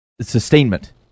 sustainment